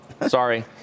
sorry